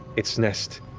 its nest,